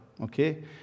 okay